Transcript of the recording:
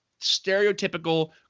stereotypical